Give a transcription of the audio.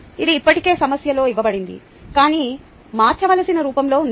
ఇది ఇప్పటికే సమస్యలో ఇవ్వబడింది కానీ మార్చవలసిన రూపంలో ఉంది